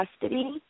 custody